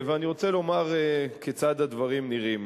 אני רוצה לומר כיצד הדברים נראים.